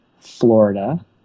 Florida